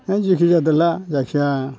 जाय जेखि जादोला जायखिया